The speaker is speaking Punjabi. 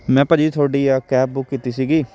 ਮੈਂ ਭਾਅ ਜੀ ਤੁਹਾਡੀ ਆ ਕੈਬ ਬੁੱਕ ਕੀਤੀ ਸੀਗੀ